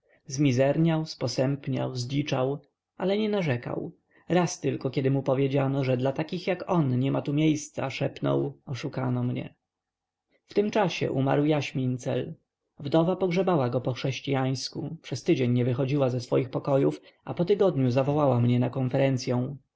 jego życie zmizerniał sposępniał zdziczał ale nie narzekał raz tylko kiedy mu powiedziano że dla takich jak on niema tu miejsca szepnął oszukano mnie w tym czasie umarł jaś mincel wdowa pogrzebała go po chrześcijańsku przez tydzień nie wychodziła ze swych pokojów a po tygodniu zawołała mnie na konferencyą